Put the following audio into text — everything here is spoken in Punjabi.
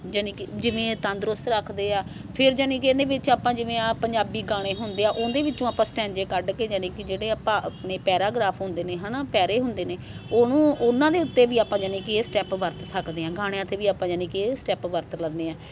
ਯਾਨੀ ਕਿ ਜਿਵੇਂ ਤੰਦਰੁਸਤ ਰੱਖਦੇ ਆ ਫਿਰ ਯਾਨੀ ਕਿ ਇਹਦੇ ਵਿੱਚ ਆਪਾਂ ਜਿਵੇਂ ਆ ਪੰਜਾਬੀ ਗਾਣੇ ਹੁੰਦੇ ਆ ਉਹਦੇ ਵਿੱਚੋਂ ਆਪਾਂ ਸਟੈਂਜੇ ਕੱਢ ਕੇ ਯਾਨੀ ਕਿ ਜਿਹੜੇ ਆਪਾਂ ਆਪਣੇ ਪੈਰਾਗ੍ਰਾਫ ਹੁੰਦੇ ਨੇ ਹੈ ਨਾ ਪੈਰੇ ਹੁੰਦੇ ਨੇ ਉਹਨੂੰ ਉਹਨਾਂ ਦੇ ਉੱਤੇ ਵੀ ਆਪਾਂ ਯਾਨੀ ਕਿ ਇਹ ਸਟੈਪ ਵਰਤ ਸਕਦੇ ਹਾਂ ਗਾਣਿਆਂ 'ਤੇ ਵੀ ਆਪਾਂ ਯਾਨੀ ਕਿ ਇਹ ਸਟੈਪ ਵਰਤ ਲੈਂਦੇ ਹਾਂ